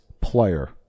player